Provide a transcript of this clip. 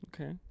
Okay